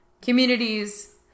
communities